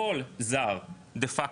כל זר דה פקטו,